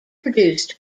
produced